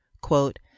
quote